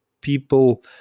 people